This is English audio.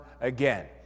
again